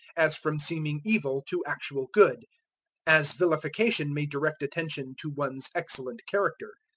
as from seeming evil to actual good as villification may direct attention to one's excellent character.